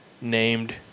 named